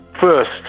first